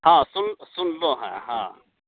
हँ सुन सुनलहुँ हँ हँ